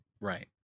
Right